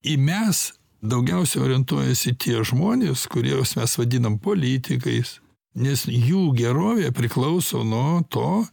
į mes daugiausia orientuojasi tie žmonės kuriuos mes vadinam politikais nes jų gerovė priklauso nuo to